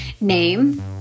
name